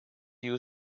you